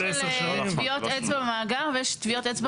יש העניין של טביעות אצבע במאגר ויש טביעות אצבע